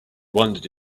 wondered